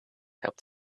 helped